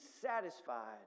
satisfied